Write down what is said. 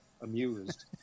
amused